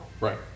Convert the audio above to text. Right